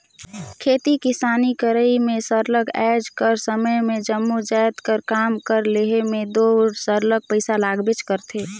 खेती किसानी करई में सरलग आएज कर समे में जम्मो जाएत कर काम कर लेहे में दो सरलग पइसा लागबेच करथे